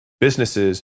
businesses